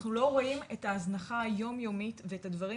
אנחנו לא רואים את ההזנחה היום יומית ואת הדברים